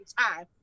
time